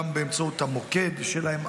גם באמצעות המוקד שלהם,